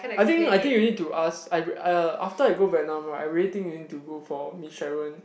I think I think you need to ask uh uh after I go Vietnam right I really think you need to go for Miss Sharon